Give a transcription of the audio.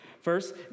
First